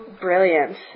brilliant